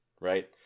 right